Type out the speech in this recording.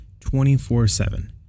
24-7